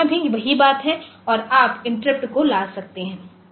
तो यहां भी वही बात है आप इंटरप्ट को ला सकते हैं